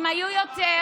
אם היו יותר